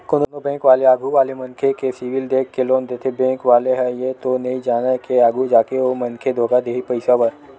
कोनो बेंक वाले आघू वाले मनखे के सिविल देख के लोन देथे बेंक वाले ह ये तो नइ जानय के आघु जाके ओ मनखे धोखा दिही पइसा बर